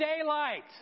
daylight